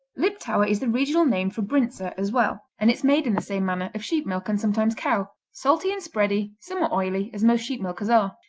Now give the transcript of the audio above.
liptauer is the regional name for brinza, as well, and it's made in the same manner, of sheep milk and sometimes cow. salty and spready, somewhat oily, as most sheep-milkers are.